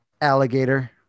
alligator